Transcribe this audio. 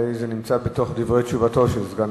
אולי זה נמצא בתוך דברי תשובתו של סגן